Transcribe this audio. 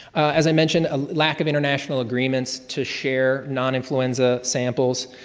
as i mentioned, a lack of international agreements to share non-influenza samples,